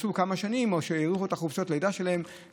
שיצאו לכמה שנים או שהאריכו את חופשת הלידה שלהן,